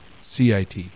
CIT